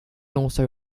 also